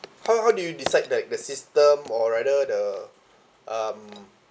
how how do you decide like the system or rather the um